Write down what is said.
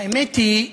האמת היא,